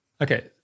Okay